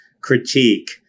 critique